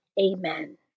Amen